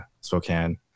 Spokane